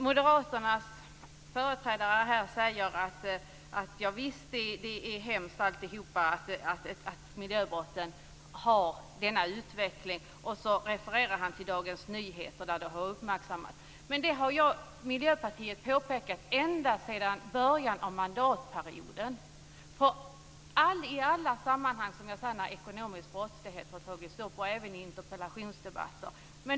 Moderaternas företrädare säger här: Javisst, det är hemskt att miljöbrotten har denna utveckling. Sedan refererar han till Dagens Nyheter, där det har uppmärksammats. Men detta har jag och Miljöpartiet påpekat ända sedan början av mandatperioden i alla sammanhang där ekonomisk brottslighet har tagits upp, och även i interpellationsdebatter.